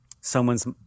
someone's